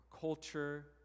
culture